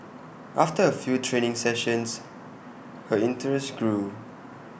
after A few training sessions her interest grew